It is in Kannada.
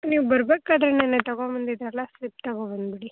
ನೀವು ಬರಬೇಕಾದ್ರೆ ನೆನ್ನೆ ತಗೊಂ ಬಂದಿದ್ದಿರಲ್ಲ ಸ್ಲಿಪ್ ತಗೊಂ ಬಂದುಬಿಡಿ